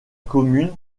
commune